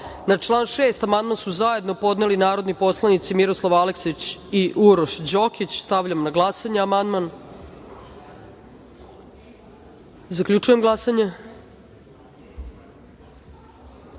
amandman. Na član 6. su zajedno podneli narodni poslanici Miroslav Aleksić i Uroš Đokić. Stavljam na glasanje amandman. Zaključujem glasanje: